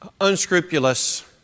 Unscrupulous